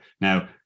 Now